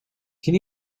can